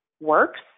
works